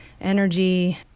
energy